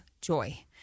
joy